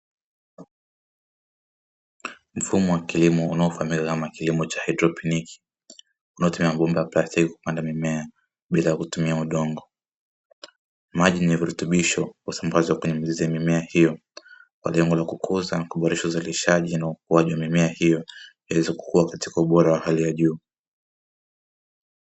Mfumo wa kilimo unaofahamika kama kilimo cha haidroponi unaotumia mabomba ya plastiki kupanda mimea bila kutumia udongo. Maji yenye virutubisho husambazwa kwenye mizizi ya mimea hiyo kwa lengo la kukuza, kuboresha uzalishaji na ukuaji wa mimea hiyo iweze kukua katika ubora wa hali ya juu.